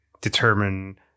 determine